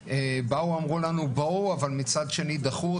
באו ואמרו לנו בואו אבל מצד שני דחו אותנו,